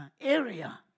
area